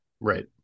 right